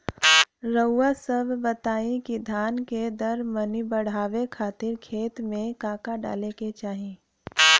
रउआ सभ बताई कि धान के दर मनी बड़ावे खातिर खेत में का का डाले के चाही?